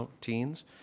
teens